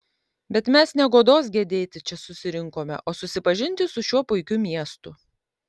bet mes ne godos gedėti čia susirinkome o susipažinti su šiuo puikiu miestu